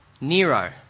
Nero